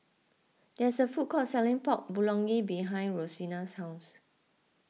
there is a food court selling Pork Bulgogi behind Rosina's house